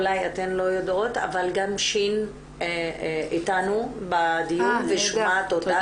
אולי אתן לא יודעות אבל גם ש' איתנו בדיון ושומעת אותנו.